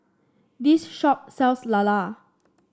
this shop sells lala